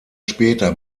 später